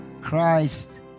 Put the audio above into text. Christ